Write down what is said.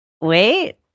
Wait